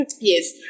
yes